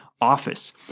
office